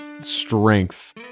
strength